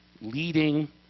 leading